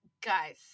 guys